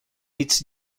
its